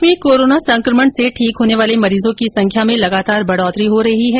प्रदेश में कोरोना संकमण से ठीक होने वाले मरीजों की संख्या में लगातार बढोतरी हो रही है